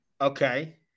Okay